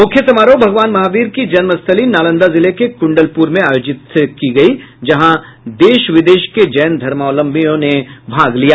मुख्य समारोह भगवान महावीर की जन्मस्थली नालंदा जिले के कुण्डलपुर में आयोजित किया गया है जहां देश विदेश के जैन धर्मावलंबी भाग लिया